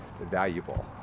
valuable